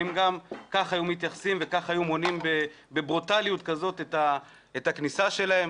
האם גם כך היו מתייחסים וכך היו מונעים בברוטליות כזאת את הכניסה שלהם.